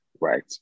right